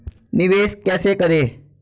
निवेश कैसे करें?